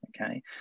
okay